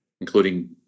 including